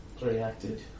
reacted